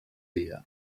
dia